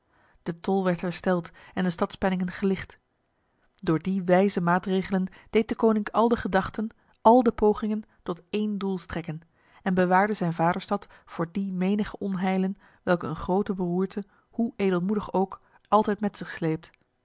de tol werd hersteld en de stadspenningen gelicht door die wijze maatregelen deed deconinck al de gedachten al de pogingen tot één doel strekken en bewaarde zijn vaderstad voor die menige onheilen welke een grote beroerte hoe edelmoedig ook altijd met zich sleept